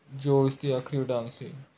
ਜੋ ਉਸਦੀ ਆਖਰੀ ਉਡਾਣ ਸੀ